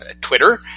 Twitter